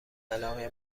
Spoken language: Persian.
علاقه